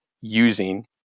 using